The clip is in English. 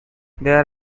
there